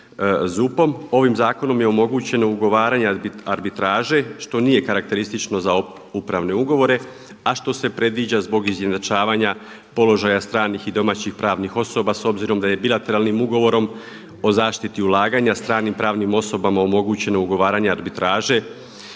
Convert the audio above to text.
ovim zakonom je omogućeno ugovaranje arbitraže što nije karakteristično za upravne ugovore, a što se predviđa zbog izjednačavanja položaja stranih i domaćih pravnih osoba s obzirom da je bilateralnim ugovorom o zaštiti ulaganja stranim pravnim osobama omogućeno ugovaranje arbitraže,